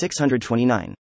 629